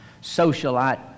socialite